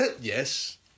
Yes